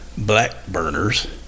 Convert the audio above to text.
Blackburners